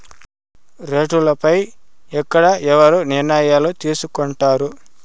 రేట్లు పై ఎక్కడ ఎవరు నిర్ణయాలు తీసుకొంటారు?